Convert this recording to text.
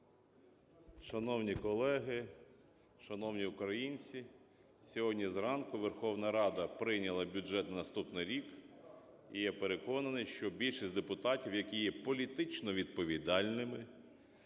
Шановні колеги! Шановні українці! Сьогодні зранку Верховна Рада прийняла бюджет на наступний рік, і я переконаний, що більшість депутатів, які є політично відповідальними,